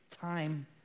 time